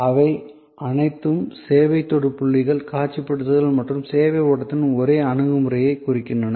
அவை அனைத்தும் சேவை தொடு புள்ளிகளின் காட்சிப்படுத்தல் மற்றும் சேவை ஓட்டத்தின் ஒரே அணுகுமுறையை குறிக்கின்றன